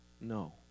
No